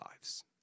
lives